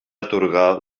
atorgar